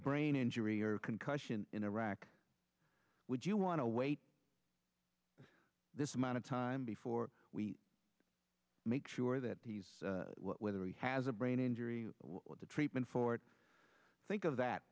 brain injury or concussion in iraq would you want to wait this amount of time before we make sure that these whether he has a brain injury what the treatment for it think of that